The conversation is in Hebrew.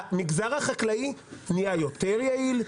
המגזר החקלאי נהיה יותר יעיל,